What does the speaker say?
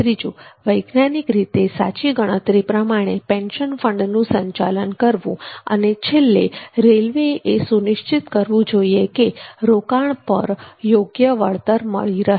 ત્રીજું વૈજ્ઞાનિક રીતે સાચી ગણતરી પ્રમાણે પેન્શન ફંડનું સંચાલન કરવું અને છેલ્લે રેલવેએ એ સુનિશ્ચિત કરવું જોઈએ કે રોકાણ પર યોગ્ય વળતર મળી રહે